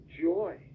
joy